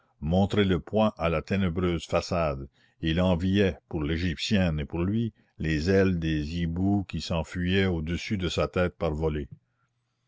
montrer le poing à la ténébreuse façade et il enviait pour l'égyptienne et pour lui les ailes des hiboux qui s'enfuyaient au-dessus de sa tête par volées